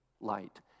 light